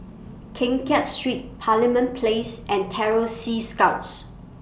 Keng Kiat Street Parliament Place and Terror Sea Scouts